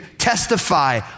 Testify